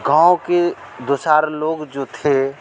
गाँव के दो चार लोग जो थे